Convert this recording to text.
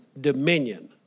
dominion